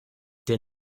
der